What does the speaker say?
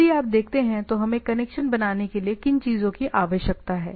यदि आप देखते हैं तो हमें कनेक्शन बनाने के लिए किन चीजों की आवश्यकता है